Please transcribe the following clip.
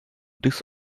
this